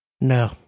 No